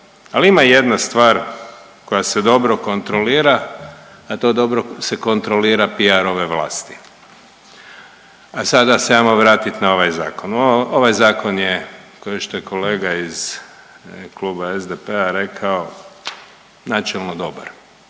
Ali ima jedna stvar koja se dobra kontrolira, a to dobro se kontrolira PREDSJEDNIK: ove vlasti. A sada se hajmo vratiti na ovaj zakon. Ovaj zakon je kao što je kolega iz kluba SDP-a rekao načelno dobar.